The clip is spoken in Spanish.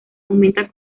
aumenta